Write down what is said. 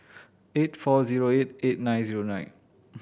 eight four zero eight eight nine zero nine